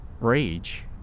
rage